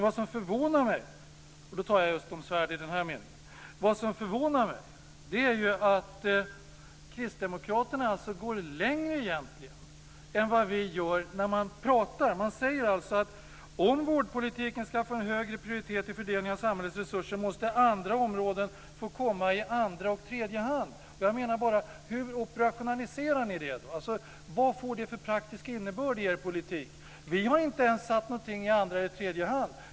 Vad som förvånar mig - och då talar jag om svärd i den här meningen - är att Kristdemokraterna egentligen går längre än vad vi gör. De säger att om vårdpolitiken ska få en högre prioritet i fördelningen av samhällets resurser, måste andra områden få komma i andra och tredje hand. Hur operationaliserar ni det? Vilken praktisk innebörd får det i er politik? Vi har inte ens satt någonting i andra eller tredje hand.